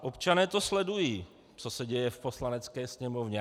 Občané sledují, co se děje v Poslanecké sněmovně.